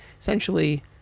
essentially